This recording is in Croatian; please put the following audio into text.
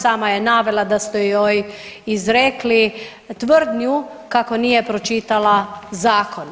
Sama je navela da su joj izrekli tvrdnju kako nije pročitala zakon.